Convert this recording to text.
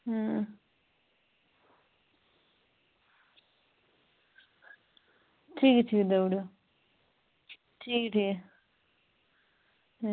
ठीक ठीक देई ओड़ेओ ठीक ठीक ऐ